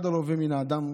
אחד הלֹוה מן האדם,